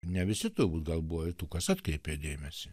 ne visi turbūt gal buvo ir tų kas atkreipė dėmesį